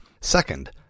Second